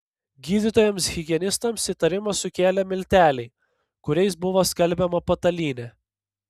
gydytojams higienistams įtarimą sukėlė milteliai kuriais buvo skalbiama patalynė